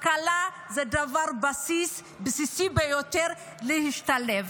השכלה זה דבר בסיסי ביותר להשתלב.